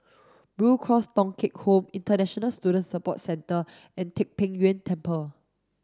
Blue Cross Thong Kheng Home International Student Support Centre and Tai Pei Yuen Temple